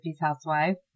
housewife